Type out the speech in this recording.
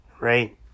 right